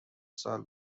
سال